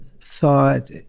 thought